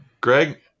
Greg